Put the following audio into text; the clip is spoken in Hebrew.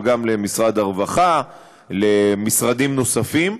אבל גם למשרד הרווחה ולמשרדים נוספים.